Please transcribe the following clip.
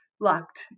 locked